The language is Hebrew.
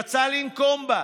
והוא רצה לנקום בה.